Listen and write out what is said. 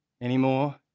anymore